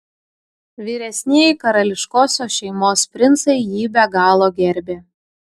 vyresnieji karališkosios šeimos princai jį be galo gerbė